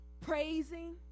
praising